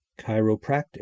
chiropractic